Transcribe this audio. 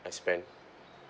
expense